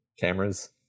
cameras